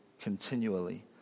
continually